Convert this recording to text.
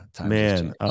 Man